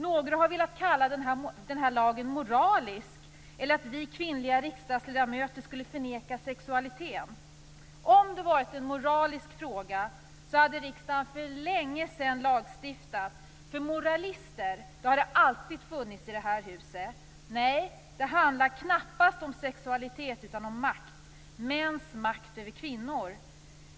Några har velat kalla den nya lagen moralisk eller påstår att vi kvinnliga riksdagsledamöter skulle förneka sexualiteten. Om det varit en moralisk fråga hade riksdagen för länge sedan lagstiftat, för moralister har det alltid funnits i det här huset. Nej, det här handlar knappast om sexualitet utan om makt, mäns makt över kvinnor.